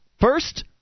first